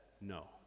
no